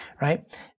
Right